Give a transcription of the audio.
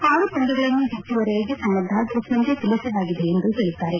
ಆರು ತಂಡಗಳನ್ನು ಹೆಚ್ಚುವರಿಯಾಗಿ ಸನ್ನದ್ದರಾಗಿರುವಂತೆ ತಿಳಿಸಲಾಗಿದೆ ಎಂದು ಹೇಳಿದ್ದಾರೆ